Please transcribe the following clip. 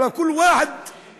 (אומר בערבית: על כל אחד שמתנשא.)